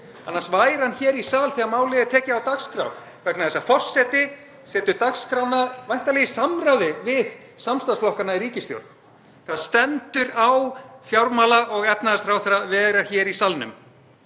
annars væri hann hér í sal þegar málið er tekið á dagskrá vegna þess að forseti setur dagskrána væntanlega í samráði við samstarfsflokkana í ríkisstjórn. Það stendur á fjármála- og efnahagsráðherra að vera hér í salnum.